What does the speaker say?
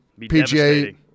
PGA